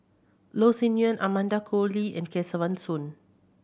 Loh Sin Yun Amanda Koe Lee and Kesavan Soon